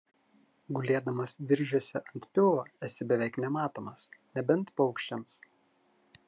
gulėdamas viržiuose ant pilvo esi beveik nematomas nebent paukščiams